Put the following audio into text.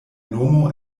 nomo